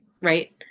Right